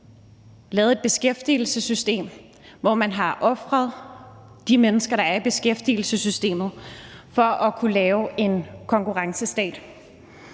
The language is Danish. lavet et beskæftigelsessystem, hvor man har ofret de mennesker, der er i beskæftigelsessystemet, for at kunne lave en konkurrencestat.